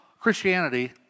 Christianity